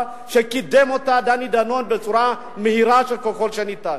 דני דנון שקידם אותה בצורה מהירה ככל האפשר.